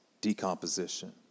decomposition